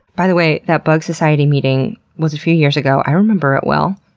by the way, that bug society meeting was a few years ago. i remember it well.